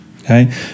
okay